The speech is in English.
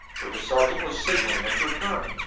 where the sergeant was signaling them to return.